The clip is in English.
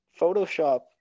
Photoshop